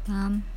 um